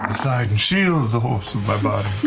ah side and shield the horse with my body.